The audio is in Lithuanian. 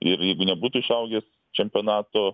ir jeigu nebūtų išaugęs čempionato